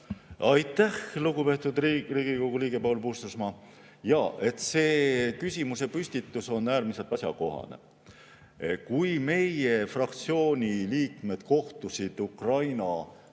Aitäh, lugupeetud Riigikogu liige Paul Puustusmaa! See küsimusepüstitus on äärmiselt asjakohane. Kui meie fraktsiooni liikmed kohtusid Ukraina